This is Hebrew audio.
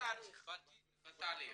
צד בהליך.